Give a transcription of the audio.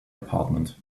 apartment